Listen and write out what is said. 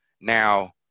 Now